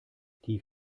die